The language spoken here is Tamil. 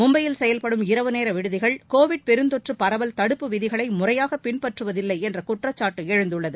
மும்பையில் செயல்படும் இரவு நேர விடுதிகள் கோவிட் பெருந்தொற்று பரவல் தடுப்பு விதிகளை முறையாக பின்பற்றுவதில்லை என்ற குற்றச்சாட்டு எழுந்துள்ளது